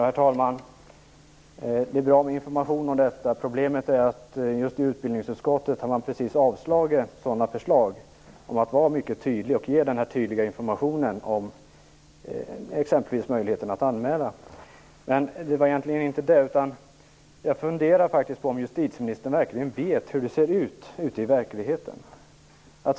Herr talman! Det är bra med information om detta. Problemet är att man i utbildningsutskottet just har avstyrkt förslag om att vara mycket tydlig och ge den här tydliga informationen om exempelvis möjligheten att anmäla. Jag funderar på om justitieministern verkligen vet hur det ser ut ute i verkligheten.